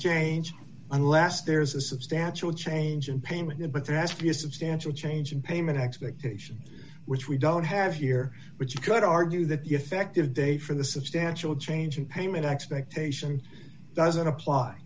change unless there's a substantial change in payment but there has to be a substantial change in payment expectations which we don't have here but you could argue that the effective date for the substantial change in payment expectation doesn't apply